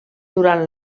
durant